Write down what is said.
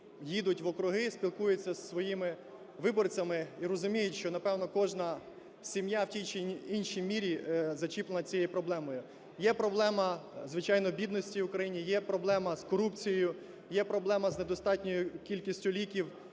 їдуть в округи, спілкуються зі своїми виборцями і розуміють, що, напевно, кожна сім'я в тій чи іншій мірі зачеплена цією проблемою. Є проблема, звичайно, бідності в Україні, є проблема з корупцією, є проблема з недостатньою кількістю ліків,